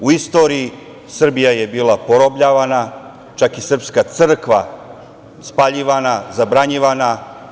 U istoriji Srbija je bila porobljavana, čak i srpska crkva spaljivana, zabranjivana.